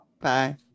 Bye